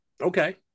Okay